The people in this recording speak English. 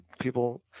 people